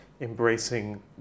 embracing